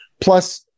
Plus